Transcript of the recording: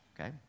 Okay